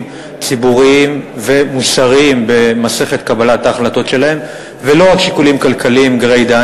ציבוריים ומוסריים במסכת קבלת ההחלטות שלהם ולא רק שיקולים כלכליים גרידא.